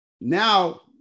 Now